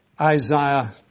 Isaiah